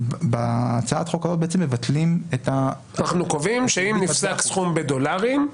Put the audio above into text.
בהצעת החוק הזאת מבטלים --- אנחנו קובעים שאם נפסק סכום בדולרים,